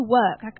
work